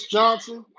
Johnson